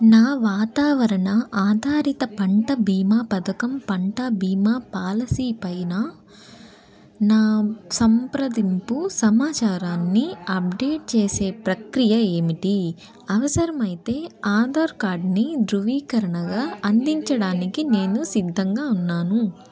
నా వాతావరణ ఆధారిత పంట భీమా పథకం పంట భీమా పాలసీ పైన నా సంప్రదింపు సమాచారాన్ని అప్డేట్ చేసే ప్రక్రియ ఏమిటి అవసరమైతే ఆధార్ కార్డ్ని ధృవీకరణగా అందించడానికి నేను సిద్ధంగా ఉన్నాను